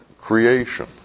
creation